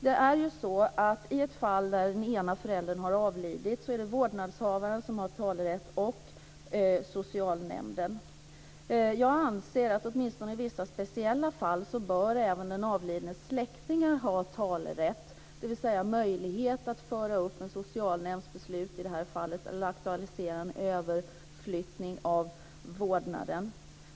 I ett fall där den ena föräldern avlidit är det vårdnadshavaren och socialnämnden som har talerätt. Jag anser att i åtminstone vissa speciella fall bör även den avlidnes släktingar ha talerätt, dvs. möjlighet att föra upp en socialnämnds beslut i det här fallet eller aktualisera en överflyttning av vårdnaden.